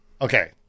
Okay